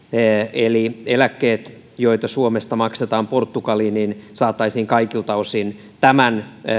eli eläkkeet joita suomesta maksetaan portugaliin saataisiin kaikilta osin tämän